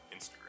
Instagram